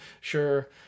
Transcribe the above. Sure